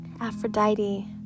Aphrodite